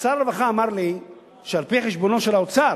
שר הרווחה אמר לי שעל-פי חשבונו של האוצר,